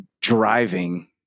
driving